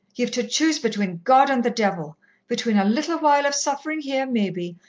ye've to choose between god and the devil between a little while of suffering here, maybe,